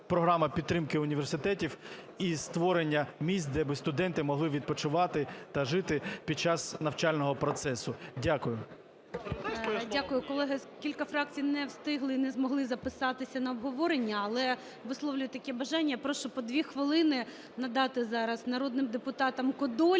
програма підтримки університетів і створення місць, де би студенти могли відпочивати та жити під час навчального процесу. Дякую. ГОЛОВУЮЧИЙ. Дякую. Колеги, кілька фракцій не встигли і не змогли записатися на обговорення, але висловлює таке бажання. Я прошу по 2 хвилини надати зараз народним депутатам Кодолі